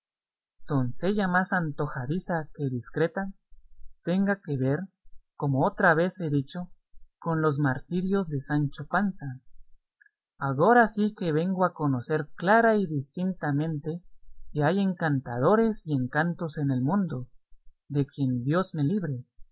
altisidora doncella más antojadiza que discreta tenga que ver como otra vez he dicho con los martirios de sancho panza agora sí que vengo a conocer clara y distintamente que hay encantadores y encantos en el mundo de quien dios me libre